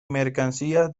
mercancías